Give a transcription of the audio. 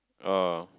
oh